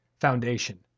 Foundation